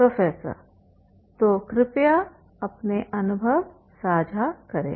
professor तो कृपया अपने अनुभव साझा करें